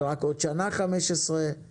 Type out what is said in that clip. ורק עוד שנה 15 קילו וואט.